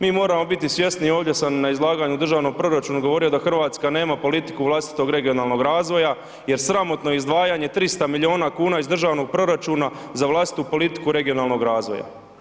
Mi moramo biti svjesni ovdje sam na izlaganju državnog proračuna govorio da Hrvatska nema politiku vlastitog regionalnog razvoja jer sramotno je izdvajanje 300 milijuna kuna iz državnog proračuna za vlastitu politiku regionalnog razvoja.